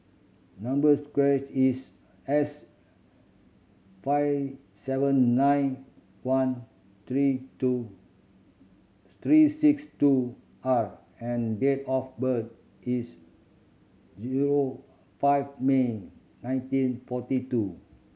number sequence is S five seven nine one three two three six two R and date of birth is zero five May nineteen forty two